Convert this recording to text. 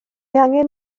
angen